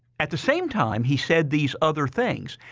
at the same time, he said these other things.